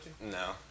No